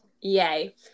Yay